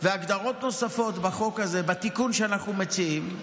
והגדרות נוספות בחוק הזה, בתיקון שאנחנו מציעים,